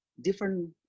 different